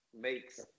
makes